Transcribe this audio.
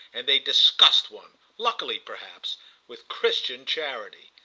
and they disgust one luckily perhaps with christian charity.